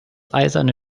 eiserne